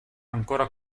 ancora